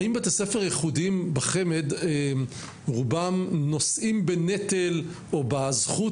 האם בתי ספר יחודיים בחמ"ד רובם נושאים בנטל או בזכות